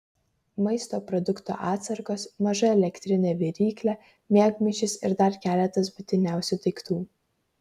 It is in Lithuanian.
maisto produktų atsargos maža elektrinė viryklė miegmaišis ir dar keletas būtiniausių daiktų